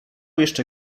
jeszcze